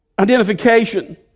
identification